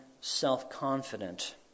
self-confident